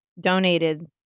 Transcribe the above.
donated